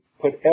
put